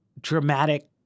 dramatic